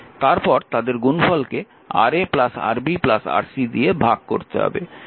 তারপর তাদের গুণফলকে Ra Rb Rc দিয়ে ভাগ করতে হবে